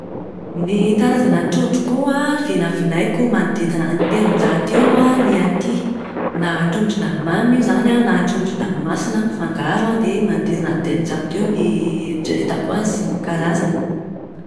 Ny karazana trondro koa an, vinavinaiko manodidina ny telon-jato ny aty. Na trondron-dranomamy io izany an, na trondron-dranomasina mifangaro an, dia manodidina ny telon-jato eo ny eritreretako azy ny karazany.